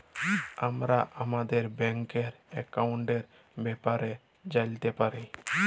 আমরা আমাদের ব্যাংকের একাউলটের ব্যাপারে জালতে পারি